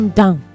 down